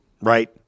right